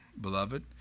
beloved